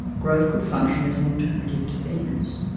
growth could function as an alternative to fairness.